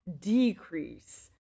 Decrease